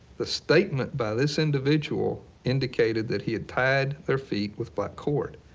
the statement by this individual indicated that he had tied their feet with black cord,